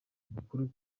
amakuru